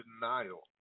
denial